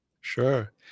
Sure